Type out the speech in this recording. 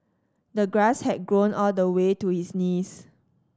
the grass had grown all the way to his knees